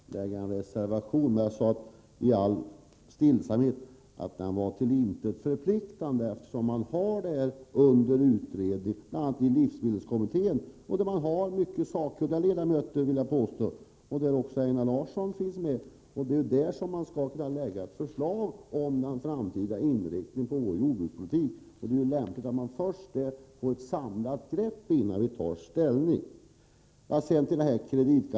Herr talman! Jag har inte förmenat Einar Larsson rätten att avge en reservation. Jag sade, i all stillsamhet, att reservationen var till intet förpliktande, eftersom frågan är under utredning, bl.a. i livsmedelskommittén. Jag vill påstå att den har mycket sakkunniga ledamöter. Också Einar Larsson är med i livsmedelskommittén. Det är den som skall lägga fram ett förslag om den framtida inriktningen av vår jordbrukspolitik. Det är lämpligt att kommittén först får ett samlat grepp över alla frågor innan vi tar ställning.